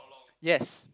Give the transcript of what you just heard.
yes